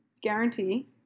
guarantee